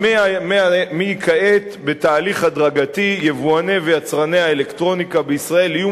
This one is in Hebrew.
כעת בתהליך הדרגתי יבואני ויצרני האלקטרוניקה בישראל יהיו